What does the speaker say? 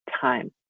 time